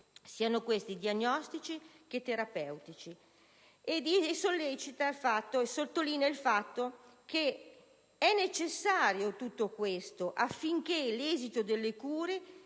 siano questi diagnostici o terapeutici».